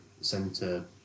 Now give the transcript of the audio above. center